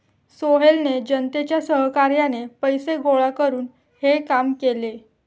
सोहेलने जनतेच्या सहकार्याने पैसे गोळा करून हे काम केले